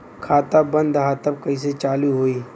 खाता बंद ह तब कईसे चालू होई?